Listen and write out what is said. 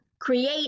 create